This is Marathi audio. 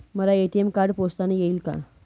मला ए.टी.एम कार्ड पोस्टाने येईल का?